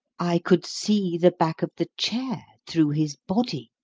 i could see the back of the chair through his body.